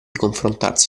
confrontarsi